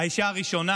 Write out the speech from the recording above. האישה הראשונה